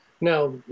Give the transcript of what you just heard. Now